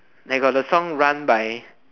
like got the song run by